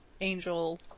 angel